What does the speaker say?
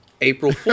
April